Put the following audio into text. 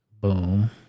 Boom